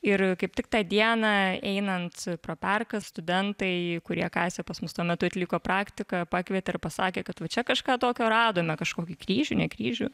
ir kaip tik tą dieną einant pro parką studentai kurie kasė pas mus tuo metu atliko praktiką pakvietė ir pasakė kad va čia kažką tokio radome kažkokį kryžių ne kryžių